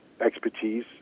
expertise